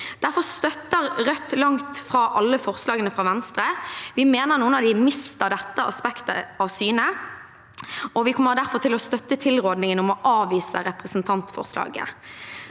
Derfor støtter Rødt langt fra alle forslagene fra Venstre. Vi mener noen av dem mister dette aspektet av syne, og vi kommer derfor til å støtte tilrådningen om å avvise representantforslaget.